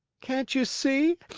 can't you see?